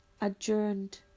adjourned